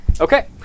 Okay